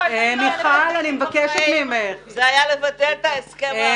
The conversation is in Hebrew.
זה היה לבטל את ההסכם הארור הזה?